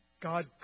God